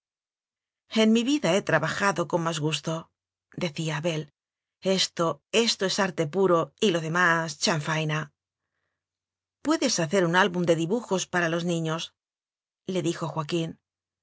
en mi vida he trabajado con más gusto decía abel esto esto es arte puro y lo demás chanfaina puedes hacer un álbum de dibujos para los niñosle dijo joaquín